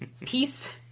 Peace